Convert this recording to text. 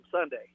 Sunday